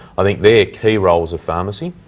i think they're key roles of pharmacy.